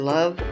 Love